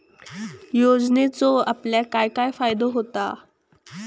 योजनेचो आपल्याक काय काय फायदो होता?